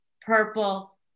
Purple